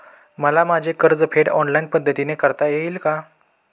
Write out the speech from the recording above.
मला माझे कर्जफेड ऑनलाइन पद्धतीने करता येईल का?